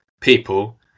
people